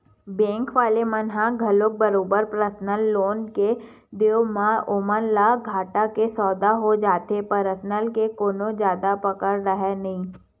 bank वाले मन ल घलो बरोबर परसनल लोन के देवब म ओमन ल घाटा के सौदा हो जाथे परसनल के कोनो जादा पकड़ राहय नइ